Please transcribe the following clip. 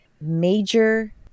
major